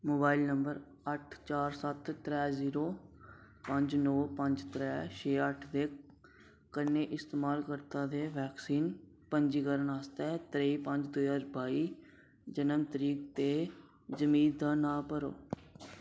mobile नम्बर अट्ठ चार सत्त त्रै जीरो पंज नौ पंज त्रै छे अट्ठ दे कन्नै इस्तेमालकर्ता दे वैक्सीन पंजीकरण आस्तै त्रेई पंज दो ज्हार बाई जनम तरीक ते जमीत दा नांऽ भरो